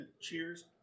Cheers